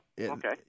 okay